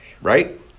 right